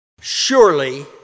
surely